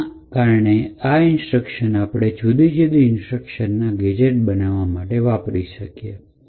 તેના કારણે આ રીતે આપણે જુદા જુદા ઇન્સ્ટ્રક્શનનોના ગેજેટ બનાવી શકીએ